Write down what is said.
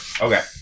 Okay